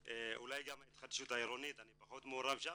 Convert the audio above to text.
אולי גם ההתחדשות העירונית, אני פחות מעורב שם,